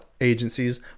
agencies